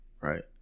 right